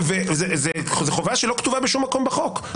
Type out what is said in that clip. זאת חובה שלא כתובה בשום מקום בחוק.